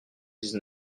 dix